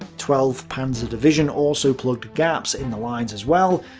twelfth panzer division also plugged gaps in the lines as well.